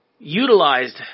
utilized